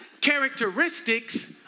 characteristics